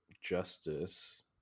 justice